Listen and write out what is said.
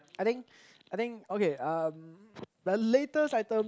I think I think okay um the latest item